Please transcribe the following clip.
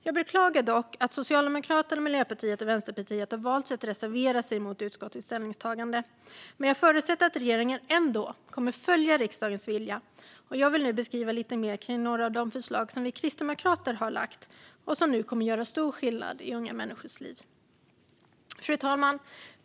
Jag beklagar dock att Socialdemokraterna, Miljöpartiet och Vänsterpartiet har valt att reservera sig mot utskottets ställningstagande. Men jag förutsätter att regeringen ändå kommer att följa riksdagens vilja, och jag vill nu berätta mer om de förslag som vi kristdemokrater har lagt fram och som kommer att göra stor skillnad i unga människors liv. Fru talman!